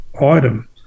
item